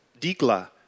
Dikla